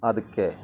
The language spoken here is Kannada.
ಅದಕ್ಕೆ